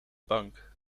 bank